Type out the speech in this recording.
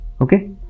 okay